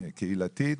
קהילתית,